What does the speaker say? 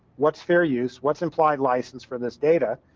what's fair-use? what's implied license for this data?